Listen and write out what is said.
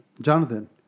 Jonathan